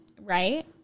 Right